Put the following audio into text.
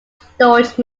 storage